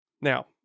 Now